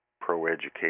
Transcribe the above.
pro-education